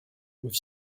with